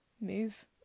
move